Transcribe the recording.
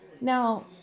Now